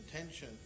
intention